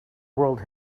world